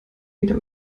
wieder